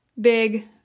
big